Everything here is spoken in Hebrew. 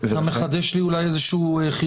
אתה מחדש לי אולי איזה חידוש,